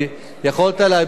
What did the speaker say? יכולת להביע את,